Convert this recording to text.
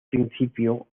principio